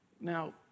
Now